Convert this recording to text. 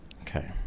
Okay